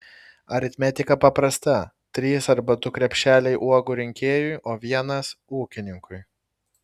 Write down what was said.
aritmetika paprasta trys arba du krepšeliai uogų rinkėjui o vienas ūkininkui